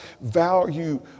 value